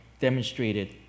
demonstrated